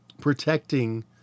protecting